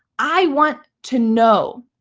i want to know.